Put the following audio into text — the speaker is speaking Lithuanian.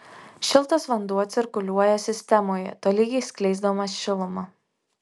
šiltas vanduo cirkuliuoja sistemoje tolygiai skleisdamas šilumą